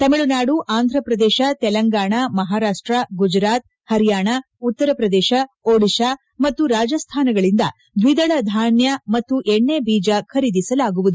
ತಮಿಳುನಾಡು ಅಂಧ್ರ ಪ್ರದೇಶ ತೆಲಂಗಾಣ ಮಹಾರಾಷ್ಟ ಗುಜರಾತ್ ಪರಿಯಾಣ ಉತ್ತರ ಪ್ರದೇಶ ಒಡಿಶಾ ಮತ್ತು ರಾಜಸ್ಥಾನಗಳಿಂದ ದ್ವಿದಳ ಧಾನ್ಯ ಮತ್ತು ಎಣ್ಣೆಬೀಜ ಖರೀದಿಸಲಾಗುವುದು